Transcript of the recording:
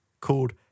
called